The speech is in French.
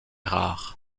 rares